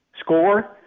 Score